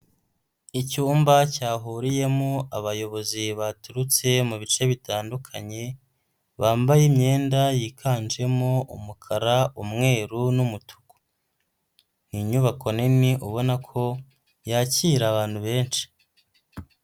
Icyumba cyahuriyemo abayobozi baturutse mu bice bitandukanye, bambaye imyenda yiganjemo umukara, umweru n'umutuku. Ni inyubako nini ubona ko yakira abantu benshi.